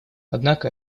однако